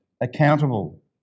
accountable